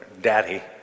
Daddy